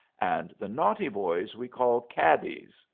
and the naughty boys we call caddies,